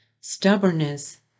Stubbornness